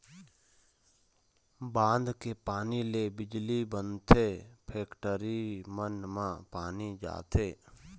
बांध के पानी ले बिजली बनथे, फेकटरी मन म पानी जाथे